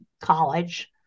college